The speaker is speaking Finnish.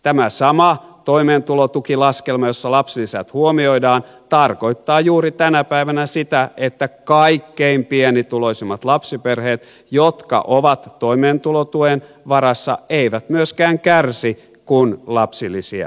tämä sama toimeentulotukilaskelma jossa lapsilisät huomioidaan tarkoittaa juuri tänä päivänä sitä että kaikkein pienituloisimmat lapsiperheet jotka ovat toimeentulotuen varassa eivät myöskään kärsi kun lapsilisiä pienennetään